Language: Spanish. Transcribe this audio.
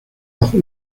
bajo